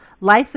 life